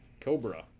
Cobra